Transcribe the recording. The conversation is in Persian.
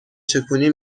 چکونی